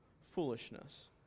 foolishness